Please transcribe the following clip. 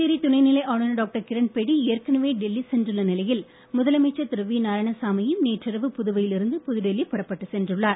புதுச்சேரி துணைநிலை ஆளுநர் டாக்டர் கிரண்பேடி ஏற்கனவே டெல்லி சென்றுள்ள நிலையில் முதலமைச்சர் திரு வி நாராயணசாமியும் நேற்றிரவு புதுவையில் இருந்து புது டெல்லி புறப்பட்டுச் சென்றுள்ளார்